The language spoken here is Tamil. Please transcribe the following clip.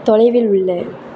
தொலைவில் உள்ள